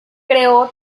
creó